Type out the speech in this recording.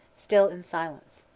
still in silence.